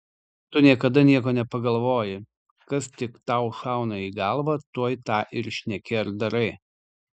tu niekada nieko nepagalvoji kas tik tau šauna į galvą tuoj tą ir šneki ar darai